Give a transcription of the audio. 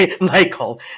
Michael